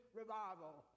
revival